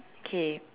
okay